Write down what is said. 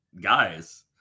guys